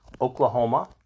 Oklahoma